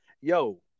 Yo